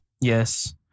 Yes